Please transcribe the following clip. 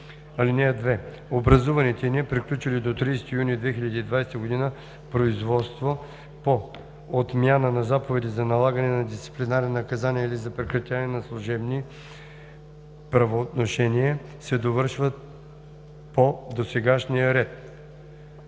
(2) Образуваните и неприключили до 30 юни 2020 г. производства по отмяна на заповеди за налагане на дисциплинарни наказания или за прекратяване на служебни правоотношения се довършват по досегашния ред.“